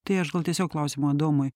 tai aš gal tiesiog klausimą adomui